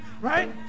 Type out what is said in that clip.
right